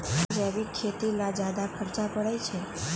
जैविक खेती ला ज्यादा खर्च पड़छई?